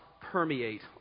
permeate